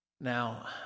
Now